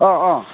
अ अ